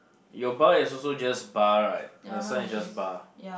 your bar is also just bar right the sign is just bar